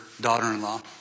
daughter-in-law